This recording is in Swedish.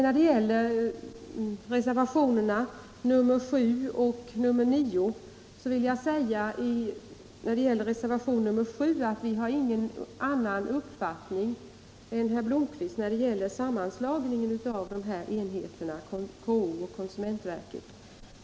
När det gäller reservationen 7 vill jag säga att vi har ingen annan uppfattning än herr Blomkvist i fråga om sammanslagningen av KO och konsumentverket.